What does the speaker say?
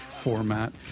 format